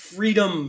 Freedom